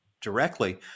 directly